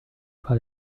par